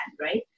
right